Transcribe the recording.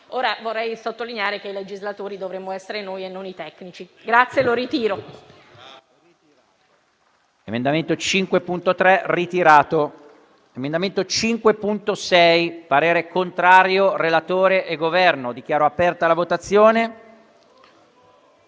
MEF. Vorrei sottolineare che i legislatori dovremmo essere noi e non i tecnici. Ritiro,